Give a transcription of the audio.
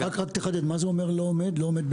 רק תחדד, מה זה אומר לא עומד, לא עומד במה?